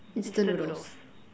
instant noodles